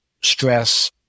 stress